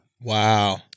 wow